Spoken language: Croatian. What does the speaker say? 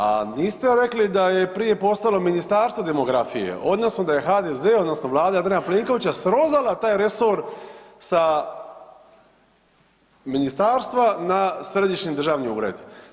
A niste rekli da je prije postojalo Ministarstvo demografije odnosno da je HDZ odnosno Vlada Andreja Plenkovića srozala taj resor sa ministarstva na središnji državni ured.